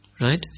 right